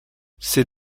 ces